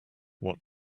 what